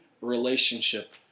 relationship